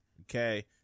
Okay